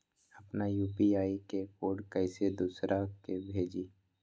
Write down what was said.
अपना यू.पी.आई के कोड कईसे दूसरा के भेजी?